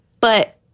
But-